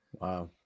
Wow